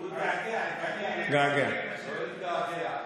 הוא התגעגע, התגעגע, התגעגע.